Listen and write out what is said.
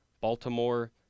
Baltimore